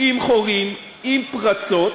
עם חורים, עם פרצות,